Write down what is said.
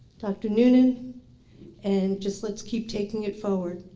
dr. noonan and just let's keep taking it forward.